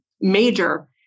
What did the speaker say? major